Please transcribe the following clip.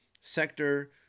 sector